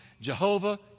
Jehovah